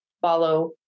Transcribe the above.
follow